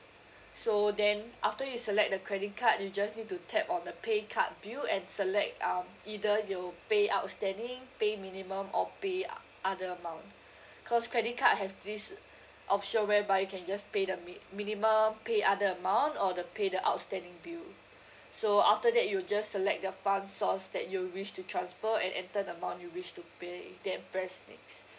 so then after you select the credit card you just need to tap on the pay card bill and select um either you'll pay outstanding pay minimum or pay uh other amount cause credit card have this option whereby you can just pay the mi~ minimum pay other amount or the pay the outstanding bill so after that you will just select the fund source that you wish to transfer and enter the amount you wish to pay then press next